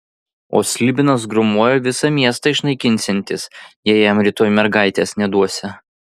o slibinas grūmoja visą miestą išnaikinsiantis jei jam rytoj mergaitės neduosią